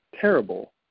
terrible